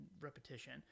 repetition